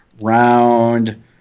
round